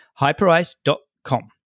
hyperice.com